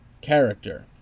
character